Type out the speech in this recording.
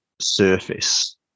surface